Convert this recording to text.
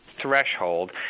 threshold